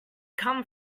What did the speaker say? come